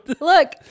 Look